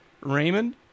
Raymond